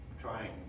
trying